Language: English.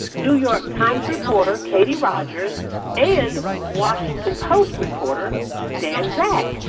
new york times reporter katie rogers and washington post reporter dan zak.